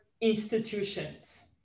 institutions